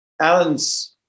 Alan's